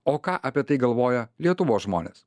o ką apie tai galvoja lietuvos žmonės